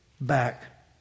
back